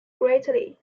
greatly